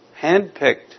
handpicked